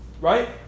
right